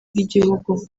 bw’igihugu